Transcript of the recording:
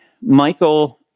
Michael